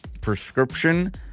prescription